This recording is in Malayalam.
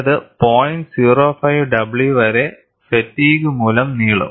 05 w വരെ ഫാറ്റിഗ്ഗ് മൂലം നീളും